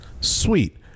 Sweet